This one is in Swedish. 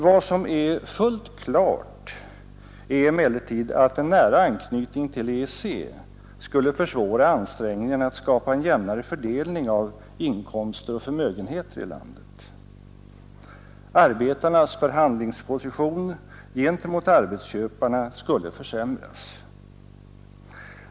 Vad som är fullt klart är emellertid att en nära anknytning till EEC skulle försvåra ansträngningarna att skapa en jämnare fördelning av inkomster och förmögenheter i landet. Arbetarnas förhandlingsposition gentemot arbetsköparna skulle försämras.